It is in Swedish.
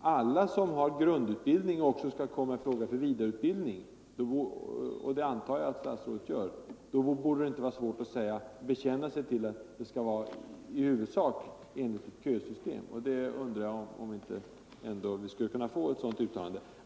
alla som har grundutbildning också skall komma i fråga för vidareutbildning — och det antar jag statsrådet gör — borde det inte vara svårt att bekänna sig till att det i huvudsak skall ske enligt ett kösystem.